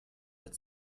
but